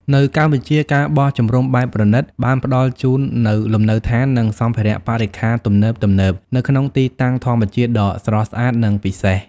នៅកម្ពុជា ការបោះជំរំបែបប្រណីត បានផ្តល់ជូននូវលំនៅដ្ឋាន និងសម្ភារៈបរិក្ខារទំនើបៗ នៅក្នុងទីតាំងធម្មជាតិដ៏ស្រស់ស្អាត និងពិសេស។